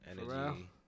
energy